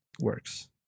works